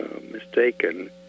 mistaken